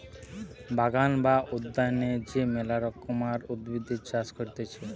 বাগান বা উদ্যানে যে মেলা রকমকার উদ্ভিদের চাষ করতিছে